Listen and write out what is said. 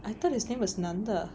I thought his name was nantha